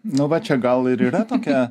nu va čia gal ir yra tokia